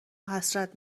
حسرت